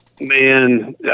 man